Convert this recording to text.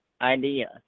idea